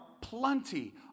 plenty